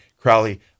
Crowley